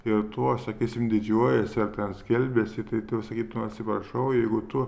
ir tuo sakysim didžiuojasi ar ten skelbiasi tai sakytų atsiprašau jeigu tu